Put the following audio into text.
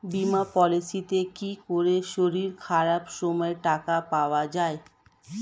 বীমা পলিসিতে কি করে শরীর খারাপ সময় টাকা পাওয়া যায়?